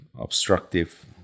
obstructive